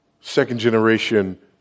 second-generation